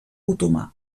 otomà